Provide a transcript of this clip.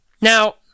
Now